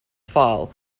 file